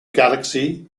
galaxy